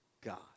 God